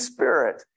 Spirit